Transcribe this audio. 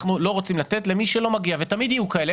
אנחנו לא רוצים לתת למי שלא מגיע ותמיד יהיו כאלה.